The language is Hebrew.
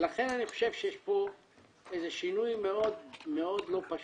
ולכן אני חושב שיש פה איזה שינוי מאוד מאוד לא פשוט,